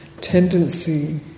tendency